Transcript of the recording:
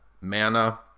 Mana